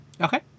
Okay